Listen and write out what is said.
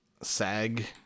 sag